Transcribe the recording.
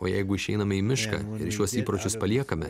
o jeigu išeiname į mišką ir šiuos įpročius paliekame